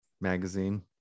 magazine